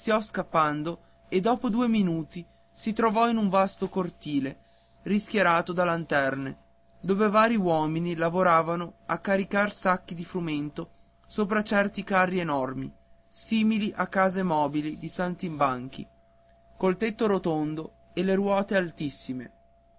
scappando e dopo due minuti si trovò in un vasto cortile rischiarato da lanterne dove vari uomini lavoravano a caricar sacchi di frumento sopra certi carri enormi simili a case mobili di saltimbanchi col tetto rotondo e le ruote altissime